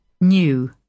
new